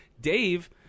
Dave